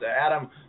Adam